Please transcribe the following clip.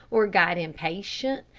or got impatient,